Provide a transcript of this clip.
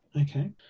okay